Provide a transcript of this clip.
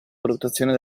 valutazione